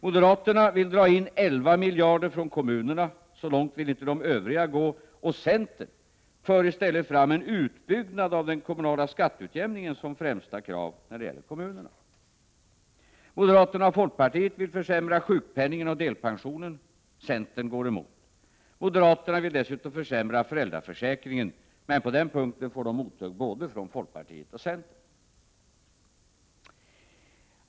Moderaterna vill dra in 11 miljarder från kommunerna. Så långt vill inte de övriga gå. Centern för i stället fram en utbyggnad av den kommunala skatteutjämningen som främsta krav när det gäller kommunerna. Moderaterna och folkpartiet vill försämra sjukpenningen och delpensionen. Centern går emot. Moderaterna vill dessutom försämra föräldraförsäkringen. På den punk ten får de mothugg både från folkpartiet och centern.